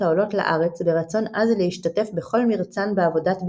העולות לארץ ברצון עז להשתתף בכל מרצן בעבודת בנינה",